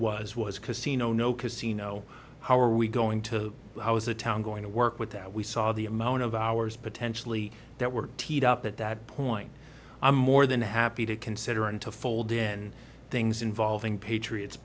was was casino no casino how are we going to how is a town going to work with that we saw the amount of hours potentially that were teed up at that point i'm more than happy to consider and to fold in things involving patriots